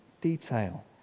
detail